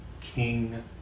king